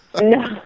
No